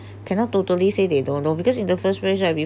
cannot totally say they don't know because in the first lah we